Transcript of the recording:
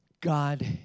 God